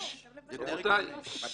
--- רבותיי.